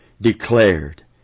declared